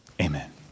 Amen